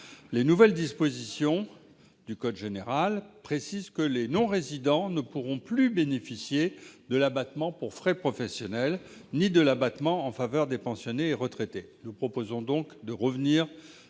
Les nouvelles dispositions du code général des impôts précisent que les non-résidents ne pourront plus bénéficier ni de l'abattement pour frais professionnels ni de l'abattement en faveur des pensionnés et retraités. Nous proposons de rétablir ces deux